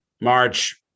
march